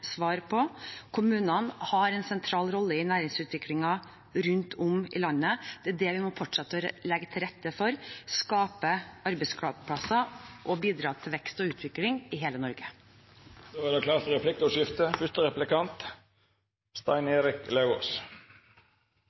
svar på. Kommunene har en sentral rolle i næringsutviklingen rundt om i landet. Det må vi fortsette å legge til rette for ved å skape arbeidsplasser og bidra til vekst og utvikling i hele Norge. Det vert replikkordskifte. Jeg ser at statsråden er